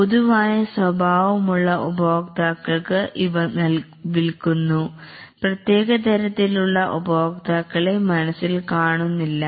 പൊതുവായ സ്വഭാവം ഉള്ള ഉപയോക്താക്കൾക്ക് ഇവ വിൽക്കുന്നു പ്രത്യേകതരത്തിലുള്ള ഉപഭോക്താക്കളെ മനസ്സിൽ കാണുന്നില്ല